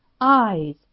eyes